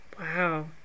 Wow